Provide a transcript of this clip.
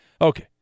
Okay